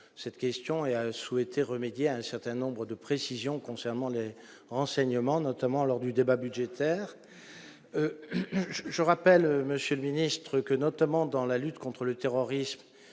cette question et a souhaité remédier à un certain nombre de précisions concernant le renseignement, notamment lors du débat budgétaire, je rappelle, monsieur le ministre, que notamment dans la lutte contre le terrorisme